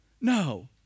No